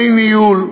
אין ניהול,